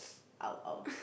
I'll I'll